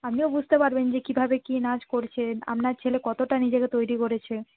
আপনিও বুঝতে পারবেন যে কীভাবে কী নাচ করছে আপনার ছেলে কতটা নিজেকে তৈরি করেছে